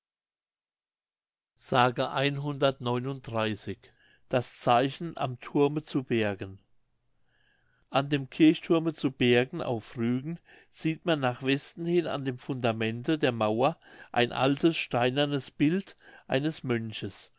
das zeichen am thurme zu bergen an dem kirchthurme zu bergen auf rügen sieht man nach westen hin an dem fundamente der mauer ein altes steinernes bild eines mönches